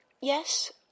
Yes